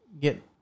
get